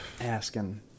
asking